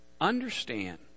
understand